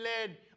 led